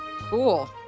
Cool